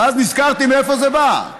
ואז נזכרתי מאיפה זה בא.